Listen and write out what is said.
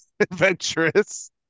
Adventurous